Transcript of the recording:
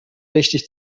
richtig